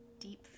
deep